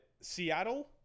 Seattle